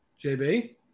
JB